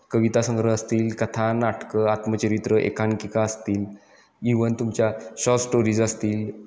कवितासंग्रह असतील कथा नाटकं आत्मचरित्र एकांकिका असतील इव्हन तुमच्या शॉस स्टोरीज असतील